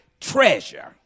treasure